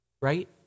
Right